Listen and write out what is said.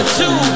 two